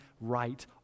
right